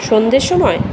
সন্ধের সময়